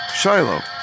Shiloh